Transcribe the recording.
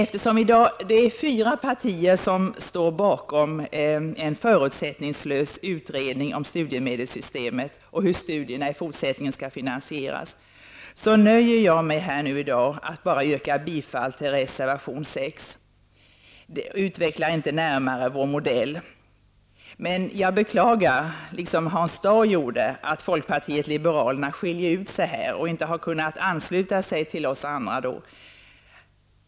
Eftersom vi i dag är fyra partier som kräver en förutsättningslös utredning om studiemedelssystemet och om hur studier i fortsättningen skall finansieras, nöjer jag mig härmed och yrkar bifall till reservation 6. Jag utvecklar inte närmare vår modell. Jag beklagar, liksom Hans Dau gjorde, att folkpartiet liberalerna skiljer ut sig och inte kunnat ansluta sig till oss andra.